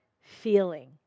feeling